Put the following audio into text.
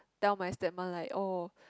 tell my stepmom like oh